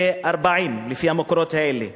לפי המקורות האלה